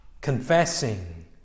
Confessing